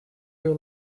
your